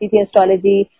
astrology